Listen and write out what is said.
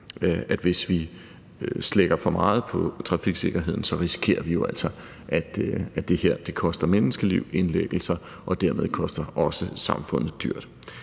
at hvis vi slækker for meget på trafiksikkerhed, risikerer vi altså, at det her koster menneskeliv, indlæggelser og dermed også koster samfundet dyrt.